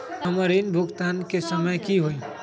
हमर ऋण भुगतान के समय कि होई?